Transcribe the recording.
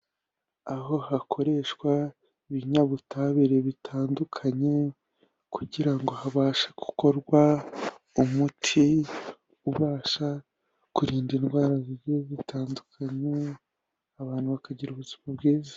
Aho hakoreshwa ibinyabutabire bitandukanye, kugirango habashe gukorwa umuti ubasha kurinda indwara zigiye zitandukanye, abantu bakagira ubuzima bwiza.